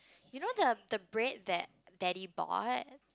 you know the the bread that daddy bought